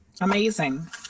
amazing